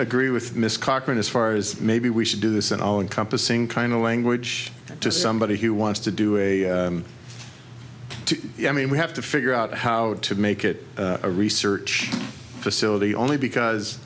agree with miss cochran as far as maybe we should do this in all encompassing kind of language to somebody who wants to do a to i mean we have to figure out how to make it a research facility only because